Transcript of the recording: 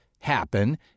happen